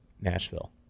Nashville